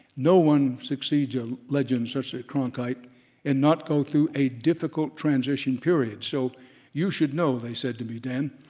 no one succeeds a legend such as cronkite and not go through a difficult transition period, so you should know, they said to me, dan,